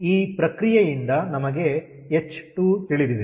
ಈ ಪ್ರಕ್ರಿಯೆಯಿಂದ ನಮಗೆ ಹೆಚ್2 ತಿಳಿದಿದೆ